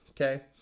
okay